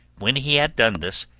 when he had done this,